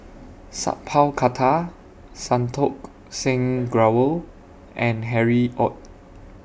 Sat Pal Khattar Santokh Singh Grewal and Harry ORD